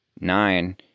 nine